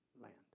Land